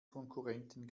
konkurrenten